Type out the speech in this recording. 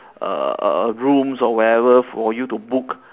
a a a rooms or whatever for you to book